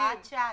הוראת שעה?